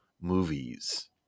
movies